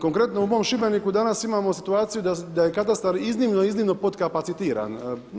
Konkretno u mom Šibeniku danas imamo situaciju da je katastar iznimno, iznimno podkapacitiran.